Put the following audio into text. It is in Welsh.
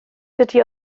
dydy